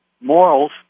morals